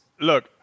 Look